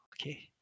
Okay